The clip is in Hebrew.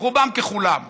רובם ככולם,